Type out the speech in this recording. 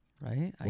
Right